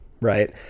right